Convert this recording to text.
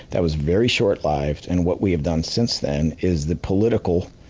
that was very short lived, and what we have done since then, is the political